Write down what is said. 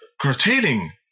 curtailing